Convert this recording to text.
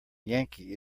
yankee